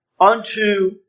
unto